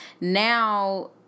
now